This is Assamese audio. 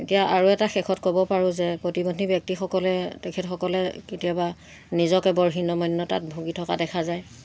এতিয়া আৰু এটা শেষত ক'ব পাৰোঁ যে প্ৰতিবন্ধী ব্যক্তিসকলে তেখেতসকলে কেতিয়াবা নিজকে বৰ হীনমন্যতাত ভূগি থকা দেখা যায়